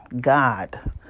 God